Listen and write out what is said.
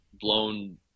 blown